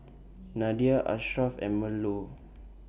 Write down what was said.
Nadia Ashraf and Melur